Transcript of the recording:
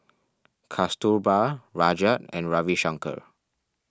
Kasturba Rajat and Ravi Shankar